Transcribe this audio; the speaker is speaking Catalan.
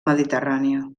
mediterrània